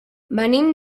venim